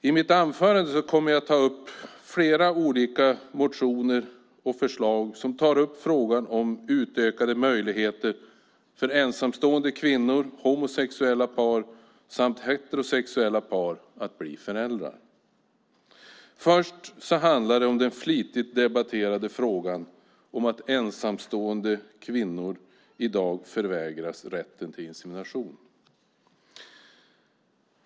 I mitt anförande kommer jag att ta upp flera olika motioner och förslag som tar upp frågan om utökade möjligheter för ensamstående kvinnor, homosexuella par samt heterosexuella par att bli föräldrar. Först handlar det om den flitigt debatterade frågan om att ensamstående kvinnor i dag förvägras rätten till insemination.